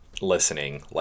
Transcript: listening